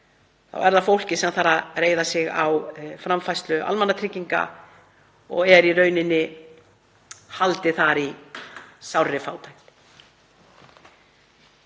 þá er það fólkið sem þarf að reiða sig á framfærslu almannatrygginga og er í rauninni haldið þar í sárri fátækt.